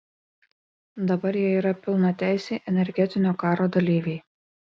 dabar jie yra pilnateisiai energetinio karo dalyviai